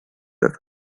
have